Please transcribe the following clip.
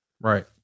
Right